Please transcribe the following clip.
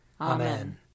Amen